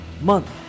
month